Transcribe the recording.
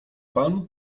pan